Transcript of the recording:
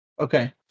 Okay